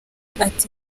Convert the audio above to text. ati